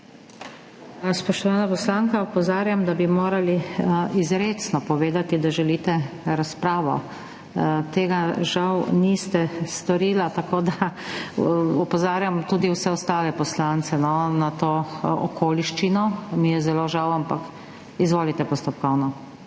Spoštovana poslanka, opozarjam, da bi morali izrecno povedati, da želite razpravo, tega žal niste storila, tako da opozarjam tudi vse ostale poslance na to okoliščino, mi je zelo žal, ampak … Izvolite, postopkovno.